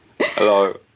Hello